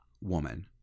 woman